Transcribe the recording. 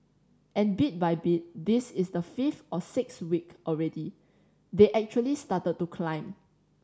and bit by bit this is the fifth or sixth week already they actually started to climb